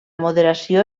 moderació